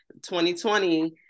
2020